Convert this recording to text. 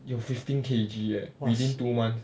有 fifteen K_G leh within two months